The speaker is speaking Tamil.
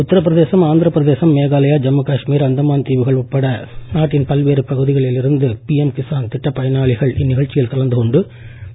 உத்தரபிரதேசம் ஆந்திரபிரதேசம் மேகாலயா ஜம்மு காஷ்மீர் அந்தமான் தீவுகள் உட்பட நாட்டின் பல்வேறு பகுதிகளில் இருந்து பிம் கிசான் திட்டப் பயனாளிகள் இந்நிகழ்ச்சியில் கலந்து கொண்டு பிரதமருடன் கலந்துரையாடினர்